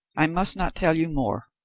i must not tell you more.